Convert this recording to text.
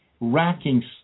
racking